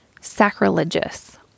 sacrilegious